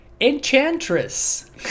Enchantress